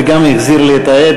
וגם החזיר לי את העט.